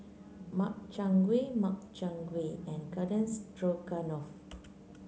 Makchang Gui Makchang Gui and Garden Stroganoff